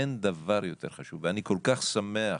ואני כל כך שמח.